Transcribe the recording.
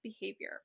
behavior